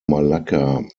malacca